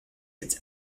its